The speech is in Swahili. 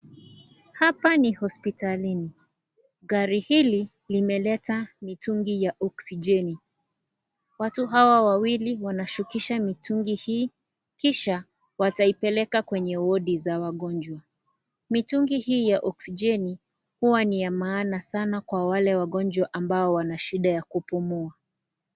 Hapa ni hospitalini. Gari hili, limeleta mitungi ya oksijeni. Watu hawa wawili, wanashukisha mitungi hii, kisha wataipeleka kwenye wodi za wagonjwa. Mitungi hii ya oksijeni, huwa ni ya maana sana kwa wale wagonjwa ambao wana shida ya kupumua.